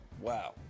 wow